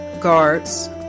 guards